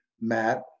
Matt